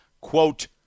quote